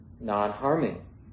non-harming